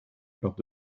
lors